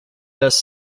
best